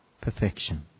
perfection